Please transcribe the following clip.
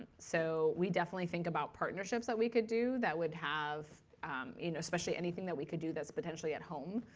so we definitely think about partnerships that we could do that would have especially anything that we could do that's potentially at home,